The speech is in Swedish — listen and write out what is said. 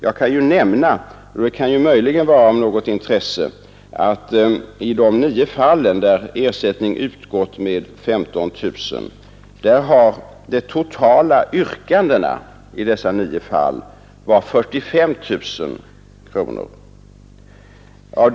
Jag kan nämna, då det möjligen kan vara av något intresse, att i de nio fall, där ersättning utgått med 15 000 kronor, har de totala yrkandena varit 45 000 kronor.